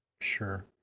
Sure